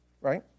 right